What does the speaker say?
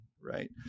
right